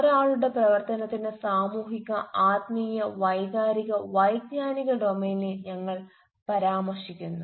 ഒരാളുടെ പ്രവർത്തനത്തിന്റെ സാമൂഹിക ആത്മീയ വൈകാരിക വൈജ്ഞാനിക ഡൊമെയ്നെ ഞങ്ങൾ പരാമർശിക്കുന്നു